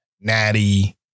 Natty